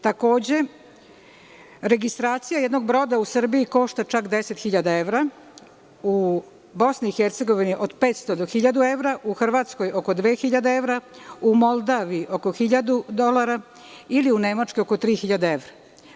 Takođe, registracija jednog broda u Srbiji košta čak 10.000 evra, u BiH od 500 do 1.000 evra, u Hrvatskoj oko 2.000 evra, u Moldaviji oko 1.000 dolara ili u Nemačkoj oko 3.000 evra.